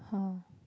[huh]